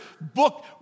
book